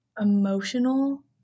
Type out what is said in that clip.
emotional